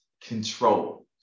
Control